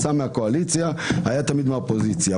היה שם מהקואליציה והיה תמיד מהאופוזיציה.